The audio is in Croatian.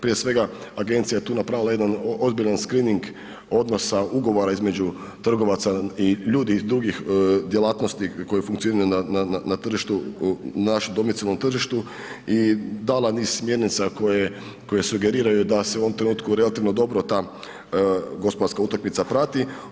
Prije svega, agencija je tu napravila jedan ozbiljan screening odnosa ugovora između trgovaca i ljudi iz drugih djelatnosti koje funkcioniraju na, na, na tržištu, našem domicilnom tržištu i dala niz smjernica koje, koje sugeriraju da se u ovom trenutku relativno dobro ta gospodarska utakmica prati.